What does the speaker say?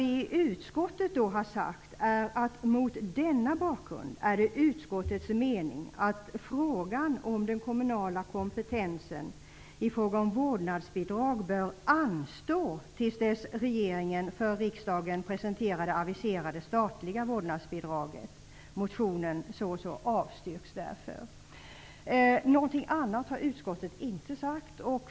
Vi i utskottet har sagt att det är utskottets mening att frågan om den kommunala kompetensen i fråga om vårdnadsbidrag bör anstå till dess regeringen för riksdagen har presenterat det aviserade statliga vårdnadsbidraget. Motionen i fråga avstyrks därför. Någonting annat har utskottet inte sagt.